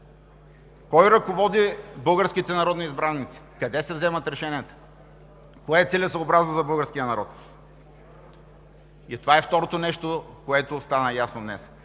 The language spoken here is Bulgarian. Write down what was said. Кой ръководи българските народни избраници, къде се взимат решенията, кое е целесъобразно за българския народ? Това е второто нещо, което стана ясно днес